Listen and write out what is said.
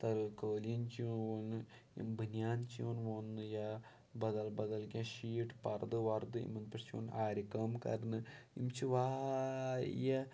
تٔرٕ قٲلیٖن چھِ یِوان ووننہٕ یِم بٔنیان چھِ یِوان ووننٕہ یا بَدل بَدل کینٛہہ شیٖٹ پَردٕ وَردٕ یِمَن پٮ۪ٹھ چھِ یِوان آرِ کٲم کَرنہٕ یِم چھِ واریاہ